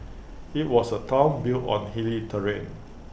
IT was A Town built on hilly terrain